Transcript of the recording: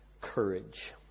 courage